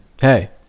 hey